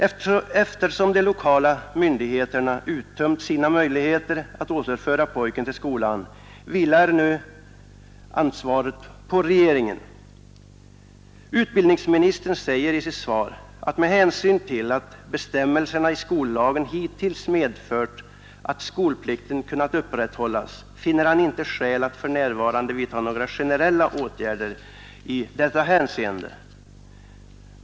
Eftersom de lokala myndigheterna uttömt sina möjligheter att återföra pojken till skolan, vilar nu ansvaret på regeringen. Utbildningsministern säger i sitt svar att han med hänsyn till att bestämmelserna i skollagen hittills medfört att skolplikten kunnat upprätthållas inte för närvarande finner skäl att vidtaga några generella åtgärder i detta hänseende.